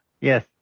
Yes